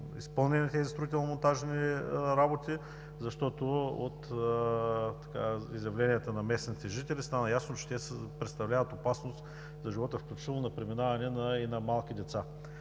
изпълнени тези строително-монтажни работи, защото от изявленията на местните жители, стана ясно, че те представляват опасност за живота, включително на преминаване на малки деца.